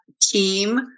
team